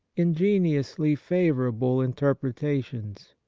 ingeniously favour able interpretations,